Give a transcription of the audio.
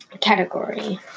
category